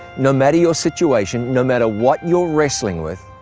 no matter your situation, no matter what you're wrestling with,